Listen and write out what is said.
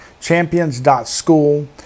champions.school